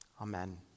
Amen